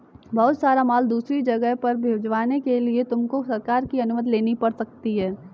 बहुत सारा माल दूसरी जगह पर भिजवाने के लिए तुमको सरकार की अनुमति लेनी पड़ सकती है